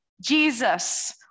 Jesus